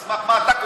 על סמך מה אתה קובע?